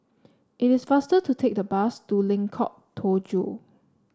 it is faster to take the bus to Lengkok Tujoh